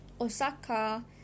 Osaka